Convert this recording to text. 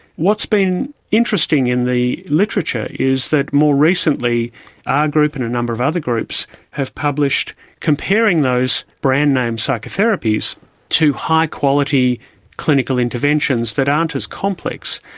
been interesting in the literature is that more recently our group and a number of other groups have published comparing those brand-name psychotherapies to high quality clinical interventions that aren't as complex.